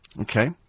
Okay